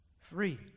Free